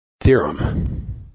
Theorem